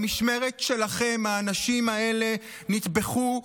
במשמרת שלכם האנשים האלה נטבחו,